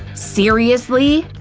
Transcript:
seriously!